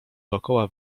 dokoła